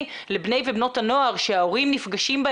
לבני ובנות הנוער שההורים נפגשים,